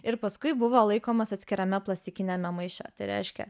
ir paskui buvo laikomas atskirame plastikiniame maiše tai reiškia